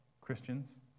Christians